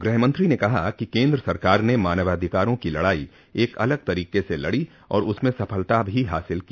गृह मंत्री ने कहा कि केन्द्र सरकार ने मानवाधिकारों की लड़ाई एक अलग तरीके से लड़ी और उसमें सफलता भी हासिल की